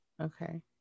okay